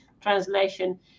translation